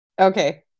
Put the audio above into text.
Okay